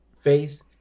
face